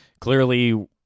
clearly